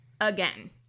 again